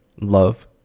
love